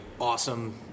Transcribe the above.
awesome